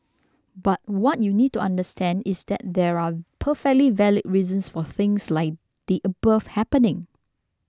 but what you need to understand is that there are perfectly valid reasons for things like the above happening